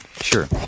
Sure